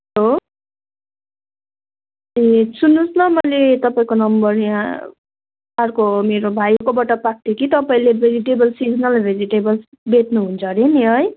hello ए सुन्नुहोस् न मैले तपाईँको नम्बर यहाँ अर्को मेरो भाइकोबाट पाएको थिएँ कि तपाईँले भेजिटेबल सिजनल भेजिटेबल बेच्नुहुन्छ हरे नि है